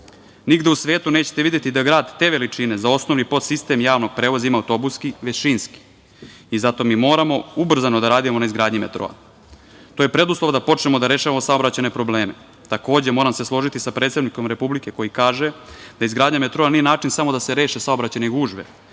Nigde u svetu nećete videti da grad te veličine za osnovni podsistem javnog prevoza ima autobuski, već šinski i zato mi moramo ubrzano da radimo na izgradnji metroa. To je preduslov da počnemo da rešavamo saobraćajne probleme. Takođe, moram se složiti sa predsednikom Republike, koji kaže da izgradnja metroa nije način samo da se reše saobraćajne gužve,